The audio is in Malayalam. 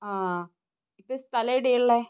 ആ ഇത് സ്ഥലം എവിടെയാണ് ഉള്ളത്